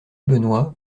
benoit